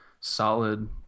solid